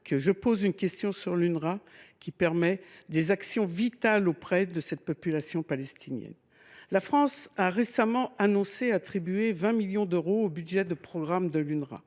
le Proche Orient (UNRWA) qui permet de mener des actions vitales auprès de cette population palestinienne. La France a récemment annoncé attribuer 20 millions d’euros au budget de programme de l’UNRWA.